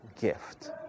gift